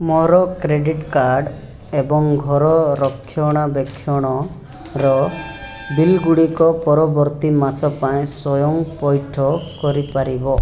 ମୋର credit card ଏବଂ ଘର ରକ୍ଷଣାବେକ୍ଷଣର ବିଲଗୁଡ଼ିକ ପରବର୍ତ୍ତୀ ମାସ ପାଇଁ ସ୍ଵୟଂ ପଇଠ କରିପାରିବ